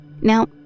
Now